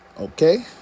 Okay